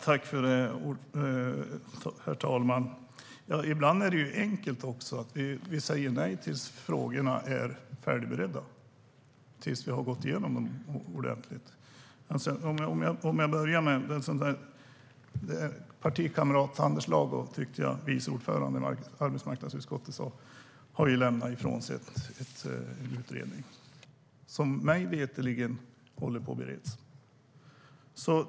Herr talman! Ibland är det enkelt. Vi säger nej tills frågorna är färdigberedda och vi har gått igenom dem ordentligt. Vice ordföranden i arbetsmarknadsutskottet nämnde att Anders Lago har lämnat ifrån sig en utredning som mig veterligen bereds.